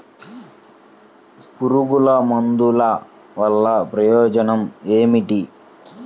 పురుగుల మందుల వల్ల ప్రయోజనం ఏమిటీ?